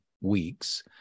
weeks